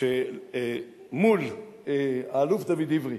שמול האלוף דוד עברי